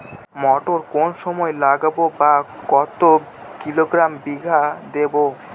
মটর কোন সময় লাগাবো বা কতো কিলোগ্রাম বিঘা দেবো?